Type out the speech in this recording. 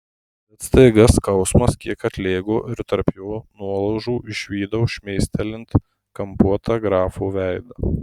bet staiga skausmas kiek atlėgo ir tarp jo nuolaužų išvydau šmėstelint kampuotą grafo veidą